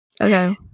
Okay